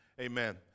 Amen